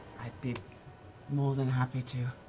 be more than happy to.